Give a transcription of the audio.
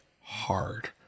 hard